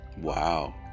Wow